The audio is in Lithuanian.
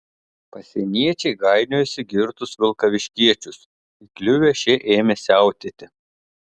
pasieniečiai gainiojosi girtus vilkaviškiečius įkliuvę šie ėmė siautėti